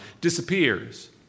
disappears